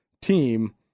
team